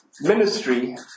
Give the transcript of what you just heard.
ministry